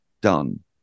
done